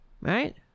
Right